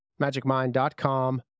Magicmind.com